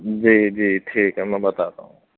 جی جی ٹھیک ہے میں بتاتا ہوں